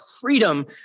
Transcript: freedom